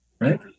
Right